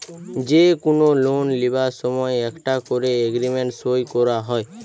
যে কুনো লোন লিবার সময় একটা কোরে এগ্রিমেন্ট সই কোরা হয়